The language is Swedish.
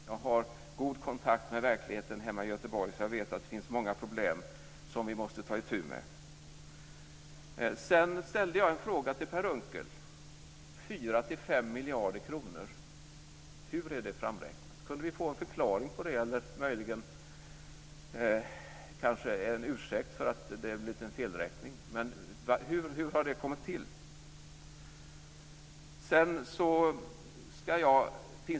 Jag har god kontakt med verkligheten hemma i Göteborg, så jag vet att det finns många problem som vi måste ta itu med. Jag ställde en fråga till Per Unckel: Hur är de här 4-5 miljarder kronorna framräknade? Kan vi få en förklaring till det, eller möjligen en ursäkt för att det har blivit en felräkning? Hur har detta kommit till?